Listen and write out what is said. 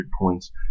points